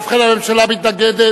ובכן, הממשלה מתנגדת.